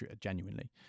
genuinely